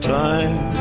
time